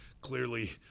clearly